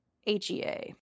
HEA